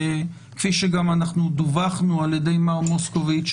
וכפי שגם דווחנו על ידי מר מוסקוביץ,